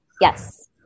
Yes